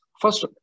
First